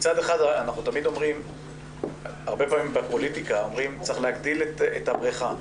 הרבה פעמים בפוליטיקה אומרים שצריך להגדיל את הבריכה.